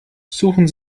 suchen